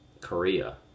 Korea